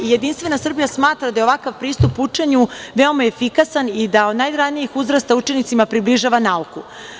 Jedinstvena Srbija smatra da je ovakav pristup učenju veoma efikasan i da od najranijih uzrasta učenicima približava nauku.